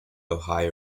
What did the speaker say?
ohio